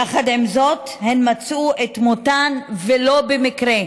יחד עם זאת, הן מצאו את מותן, ולא במקרה,